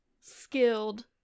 skilled